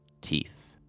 teeth